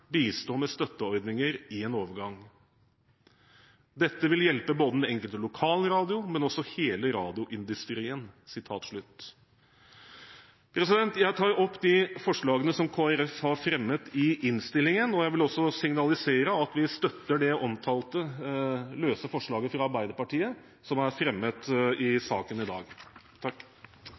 bistå med støtteordninger i en overgang. Dette vil hjelpe den enkelte lokalradio, men også hele radioindustrien. Jeg tar opp det forslaget som Kristelig Folkeparti har fremmet i innstillingen, og jeg vil også signalisere at vi støtter det omtalte løse forslaget fra Arbeiderpartiet som er fremmet i